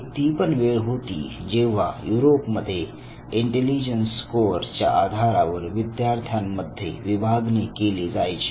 एक ती पण वेळ होती जेव्हा युरोपमध्ये इंटेलिजन्स स्कोअर च्या आधारावर विद्यार्थ्यांमध्ये विभागणी केली जायची